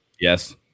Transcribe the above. Yes